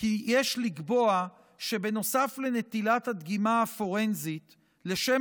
כי יש לקבוע שנוסף לנטילת הדגימה הפורנזית לשם